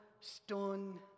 Stone